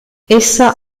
essa